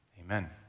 amen